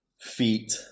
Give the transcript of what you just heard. Feet